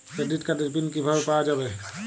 Credit কার্ডের pin কিভাবে পাওয়া যাবে?